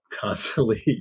constantly